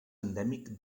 endèmic